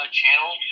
channel